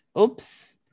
oops